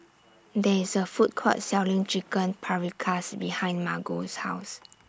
There IS A Food Court Selling Chicken Paprikas behind Margo's House